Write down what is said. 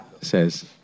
says